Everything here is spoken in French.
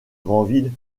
grandville